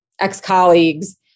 ex-colleagues